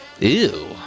Ew